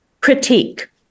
critique